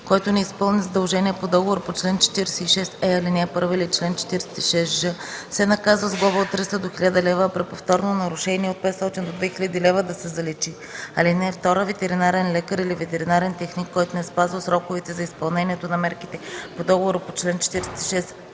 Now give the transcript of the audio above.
който не изпълни задължение по договор по чл. 46е, ал. 1 или чл. 46ж, се наказва с глоба от 300 до 1000 лв., а при повторно нарушение – от 500 до 2000 лв. – да се заличи. (2) Ветеринарен лекар или ветеринарен техник, който не спазва сроковете за изпълнението на мерките по договор по чл. 46е,